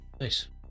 nice